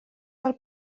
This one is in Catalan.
del